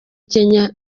kenya